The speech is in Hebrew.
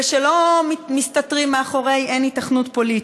ושלא מסתתרים מאחורי "אין היתכנות פוליטית".